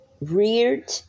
reared